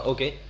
Okay